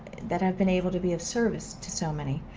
that i've been able to be of service to so many.